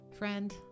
Friend